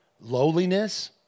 lowliness